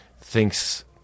thinks